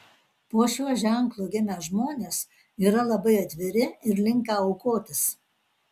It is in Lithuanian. po šiuo ženklu gimę žmonės yra labai atviri ir linkę aukotis